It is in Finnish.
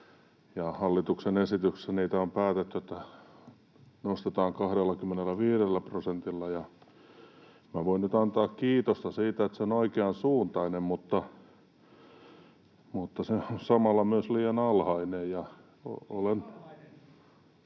Hallituksen esityksessä on päätetty, että niitä nostetaan 25 prosentilla. Minä voin nyt antaa kiitosta siitä, että se on oikeansuuntainen, mutta se on samalla myös liian alhainen.